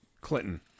Clinton